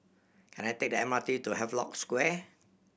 can I take the M R T to Havelock Square